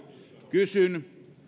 kysyn